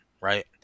right